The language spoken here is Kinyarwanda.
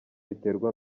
biterwa